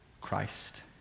Christ